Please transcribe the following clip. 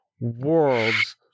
world's